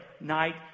night